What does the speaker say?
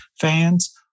fans